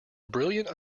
brilliant